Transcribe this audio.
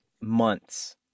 months